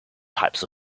types